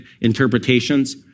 interpretations